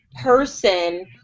person